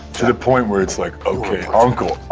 to the point where it's like ok, uncle.